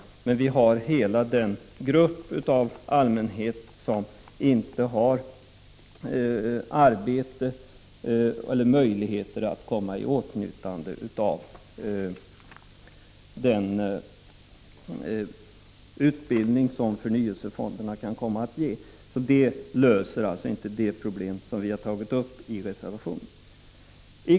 Vi måste dock ta hänsyn till den grupp av människor som inte har arbete eller som inte har möjligheter att komma i åtnjutande av den utbildning som förnyelsefonderna kan komma att ge. Det problem som vi har tagit upp i reservationen får således inte nu någon lösning.